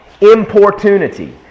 Importunity